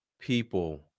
people